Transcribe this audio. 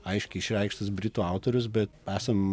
aiškiai išreikštas britų autorius bet esam